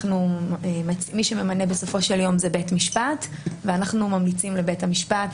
מי שבסופו של יום ממנה זה בית משפט ואנחנו ממליצים לבית המשפט